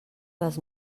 les